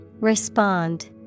Respond